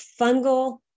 fungal